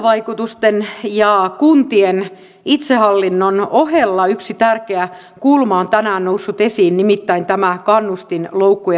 näiden kuntavaikutusten ja kuntien itsehallinnon ohella yksi tärkeä kulma on tänään noussut esiin nimittäin tämä kannustinloukkujen purkaminen